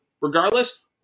Regardless